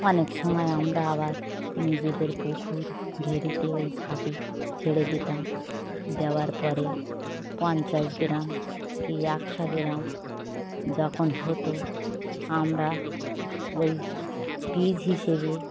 অনেক সময় আমরা আবার নিজেদের পুকুর ভেরিতে ওই ছাটি ছেড়ে দিতাম দেওয়ার পরে পঞ্চাশ গ্রাম কি একশো গ্রাম যখন হতো আমরা ওই পিস হিসেবে